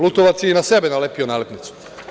Lutovac je i na sebe nalepio nalepnicu.